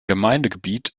gemeindegebiet